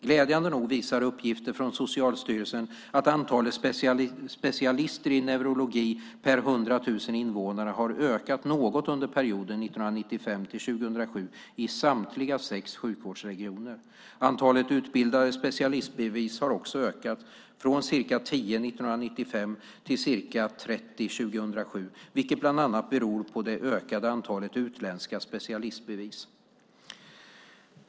Glädjande nog visar uppgifter från Socialstyrelsen att antalet specialister i neurologi per 100 000 invånare har ökat något under perioden 1995-2007 i samtliga 6 sjukvårdsregioner. Antalet utfärdade specialistbevis har också ökat, från ca 10 år 1995 till ca 30 år 2007, vilket bland annat beror på det ökade antalet utländska specialistbevis.